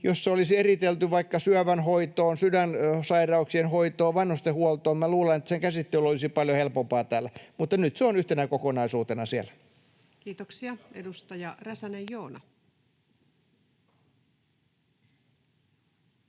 Jos se olisi eritelty vaikka syövän hoitoon, sydänsairauksien hoitoon, vanhustenhuoltoon, minä luulen, että sen käsittely olisi paljon helpompaa täällä, mutta nyt se on yhtenä kokonaisuutena siellä. [Speech 483] Speaker: